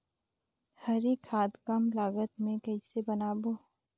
हरी खाद कम लागत मे कइसे बनाबो?